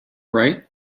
right